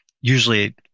usually